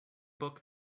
book